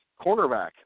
cornerback